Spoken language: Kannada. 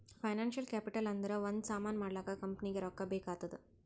ಫೈನಾನ್ಸಿಯಲ್ ಕ್ಯಾಪಿಟಲ್ ಅಂದುರ್ ಒಂದ್ ಸಾಮಾನ್ ಮಾಡ್ಲಾಕ ಕಂಪನಿಗ್ ರೊಕ್ಕಾ ಬೇಕ್ ಆತ್ತುದ್